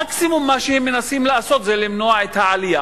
המקסימום שהם מנסים לעשות זה למנוע את העלייה.